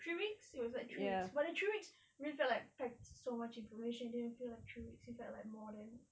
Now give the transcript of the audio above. three weeks it was like three weeks but the three weeks we felt like packed so much information didn't feel like three weeks we felt like more than